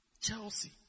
Chelsea